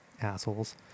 assholes